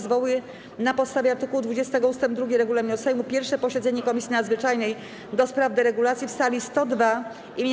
Zwołuję na podstawie art. 20 ust. 2 regulaminu Sejmu pierwsze posiedzenie Komisji Nadzwyczajnej do spraw deregulacji w sali 102 im.